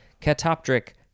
catoptric